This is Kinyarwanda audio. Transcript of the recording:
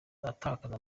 atakaza